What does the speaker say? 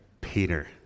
Peter